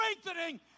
strengthening